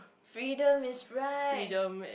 freedom is right